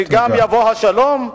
וגם יבוא השלום,